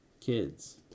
kids